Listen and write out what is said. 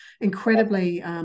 incredibly